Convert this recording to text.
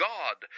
God